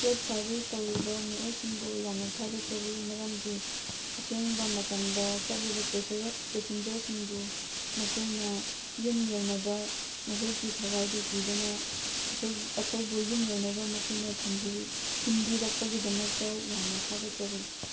ꯀꯦꯞ service ꯇꯧꯔꯤꯕ ꯃꯤꯑꯣꯏꯁꯤꯡꯕꯨ ꯌꯥꯝꯅ ꯊꯥꯒꯠꯆꯔꯤ ꯃꯔꯝꯗꯤ ꯑꯊꯦꯡꯕ ꯃꯇꯝꯗ ꯆꯠꯂꯤꯕ ꯄꯦꯁꯦꯟꯖꯔꯁꯤꯡꯕꯨ ꯃꯈꯣꯏꯅ ꯌꯨꯝ ꯌꯧꯅꯕ ꯃꯈꯣꯏꯒꯤ ꯊꯋꯥꯏꯗꯨ ꯀꯤꯗꯅ ꯑꯩꯈꯣꯏ ꯑꯩꯈꯣꯏꯕꯨ ꯃꯈꯣꯏꯅ ꯌꯨꯝ ꯌꯧꯅꯕ ꯊꯤꯟꯕꯤꯔꯤ ꯊꯤꯟꯕꯤꯔꯛꯄꯒꯤꯗꯃꯛꯇ ꯌꯥꯝꯅ ꯊꯥꯒꯠꯆꯔꯤ